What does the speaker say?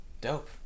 Dope